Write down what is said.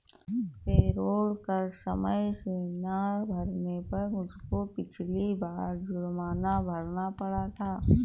payroll कर समय से ना भरने पर मुझको पिछली बार जुर्माना भरना पड़ा था